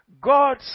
God